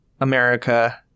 america